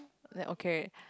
then okay